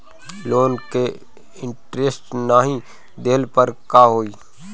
Loan के interest नाही देहले पर का होई?